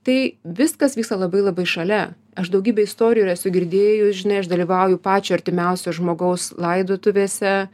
tai viskas vyksta labai labai šalia aš daugybę istorijų esu girdėjus žinai aš dalyvauju pačio artimiausio žmogaus laidotuvėse